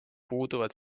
puuduvad